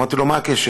אמרתי לו: מה הקשר?